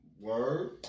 Word